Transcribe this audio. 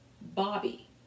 Bobby